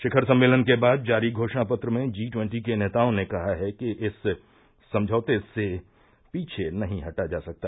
शिखर सम्मेलन के बाद जारी घोषणापत्र में जी ट्वेन्टी के नेताओं ने कहा कि इस समझौते से पीछे नहीं हटा जा सकता